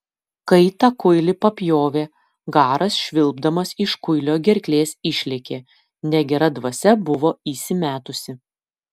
kai tą kuilį papjovė garas švilpdamas iš kuilio gerklės išlėkė negera dvasia buvo įsimetusi